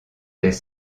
des